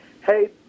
hey